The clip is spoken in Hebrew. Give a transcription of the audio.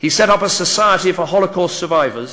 שממשיכה את המסורת של התמיכה בעם היהודי